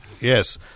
yes